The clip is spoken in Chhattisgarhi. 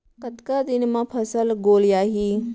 कतका दिन म फसल गोलियाही?